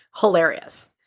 hilarious